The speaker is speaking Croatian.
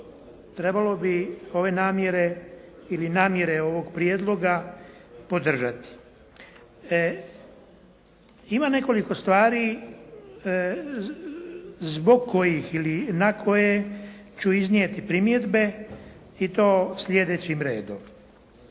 trebalo bi ove namjere ili namjere ovog prijedloga podržati. Ima nekoliko stvari zbog kojih ili na koje ću iznijeti primjedbe i to sljedećim redom.